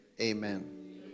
Amen